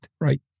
right